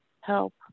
help